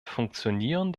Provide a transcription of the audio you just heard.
funktionieren